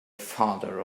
father